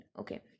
Okay